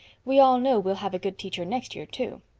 we all know we'll have a good teacher next year too.